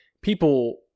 People